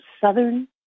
southern